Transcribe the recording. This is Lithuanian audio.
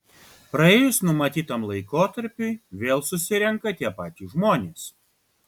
praėjus numatytam laikotarpiui vėl susirenka tie patys žmonės